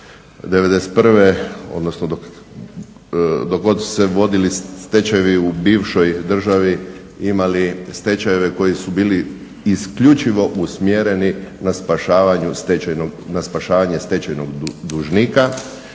1991.odnosno dok god su se vodili stečajevi u bivšoj državi imali stečajeve koji su bili isključivo usmjereni na spašavanje stečajnog dužnika,